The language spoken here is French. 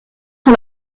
son